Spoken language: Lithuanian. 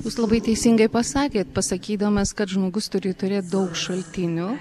jūs labai teisingai pasakėt pasakydamas kad žmogus turi turėt daug šaltinių